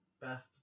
best